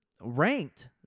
ranked